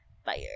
fire